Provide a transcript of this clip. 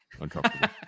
uncomfortable